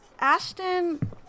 Ashton